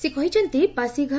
ସେ କହିଛନ୍ତି ପାଶିଘ୍